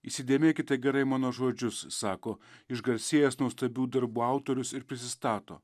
įsidėmėkite gerai mano žodžius sako išgarsėjęs nuostabių darbų autorius ir prisistato